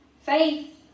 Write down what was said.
Faith